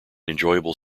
enjoyable